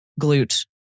glute